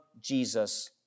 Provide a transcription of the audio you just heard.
Jesus